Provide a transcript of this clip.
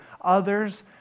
others